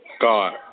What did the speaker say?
God